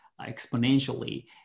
exponentially